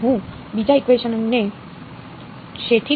તો હું બીજાઇકવેશન ને શેથી ગુણાકાર કરું